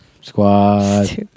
Squad